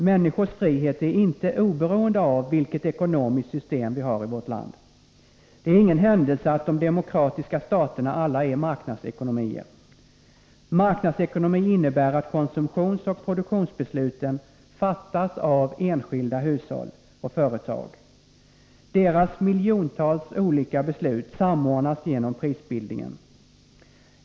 Människors frihet är inte oberoende av vilket ekonomiskt system vi har i vårt land. Det är ingen händelse att de demokratiska staterna alla är marknadsekonomier. Marknadsekonomi innebär att konsumtionsoch produktionsbesluten fattas av enskilda hushåll och företag. Deras miljontals olika beslut samordnas genom prisbildningen.